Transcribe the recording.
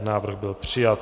Návrh byl přijat.